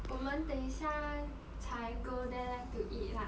我们等一下才 go there to eat lah